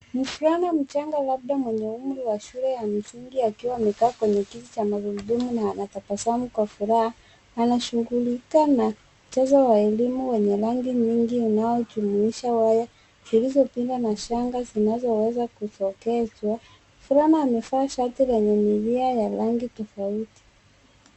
Mvulana mchanga labda mwenye umri ya shule ya msingi akiwa amekaa kwenye kiti cha magurudumu na anatabasamu kwa furaha anashughulika na mchezo wa elimu wenye rangi mingi unaojumuisha waya zilizopiga na shanga zinazoweza kusogezwa mvulana amevaa shati lenye miwia ya rangi tofauti.